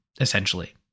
essentially